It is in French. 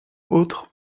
autre